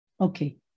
okay